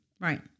Right